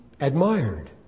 admired